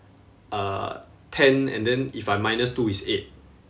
uh ten and then if I minus two is eight